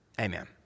Amen